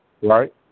right